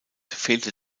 fehlte